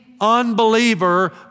unbeliever